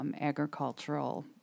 agricultural